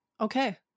Okay